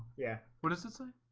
yeah, what is this ah